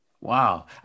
Wow